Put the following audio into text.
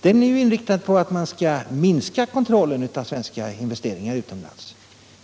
Den är ju inriktad på att man skall minska kontrollen av svenska investeringar utomlands.